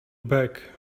back